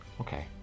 Okay